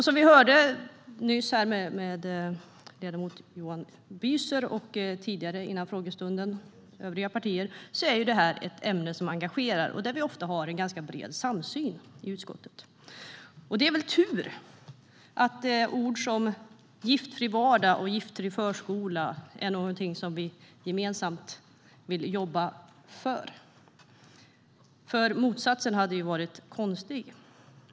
Som vi hörde nyss av ledamot Johan Büser, och före frågestunden av övriga partier, är detta ett ämne som engagerar och där vi ofta har en ganska bred samsyn i utskottet. Och det är väl tur att sådant som en giftfri vardag och en giftfri förskola är någonting vi gemensamt vill jobba för, för motsatsen hade varit konstig.